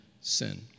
sin